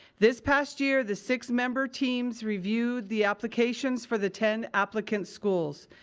this past year, the six member teams reviewed the applications for the ten applicant schools.